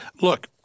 look